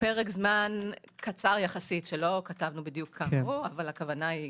פרק זמן קצר יחסית שלא כתבנו כמה הוא אבל הכוונה היא